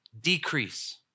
decrease